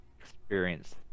experience